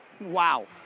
Wow